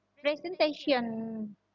presentation